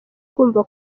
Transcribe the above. kumva